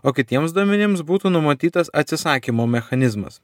o kitiems duomenims būtų numatytas atsisakymo mechanizmas